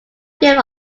grip